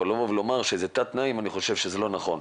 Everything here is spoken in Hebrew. אבל לבוא ולומר שזה תת תנאים אני חושב שזה לא נכון.